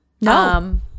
No